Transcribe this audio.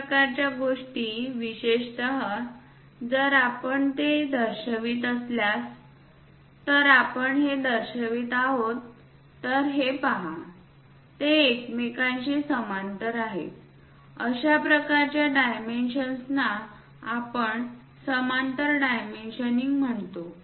अशा प्रकारच्या गोष्टी विशेषत जर आपण ते दर्शवित असाल तर आपण हे दर्शवित आहोत तर हे पहा ते एकमेकांशी समांतर आहेत अशा प्रकारच्या डायमेन्शन्सना आपण समांतर डायमेन्शनिंग म्हणतो